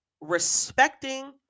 respecting